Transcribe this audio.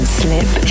slip